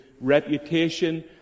reputation